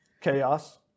chaos